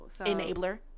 Enabler